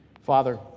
Father